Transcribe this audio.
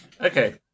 Okay